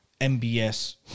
MBS